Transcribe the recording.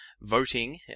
voting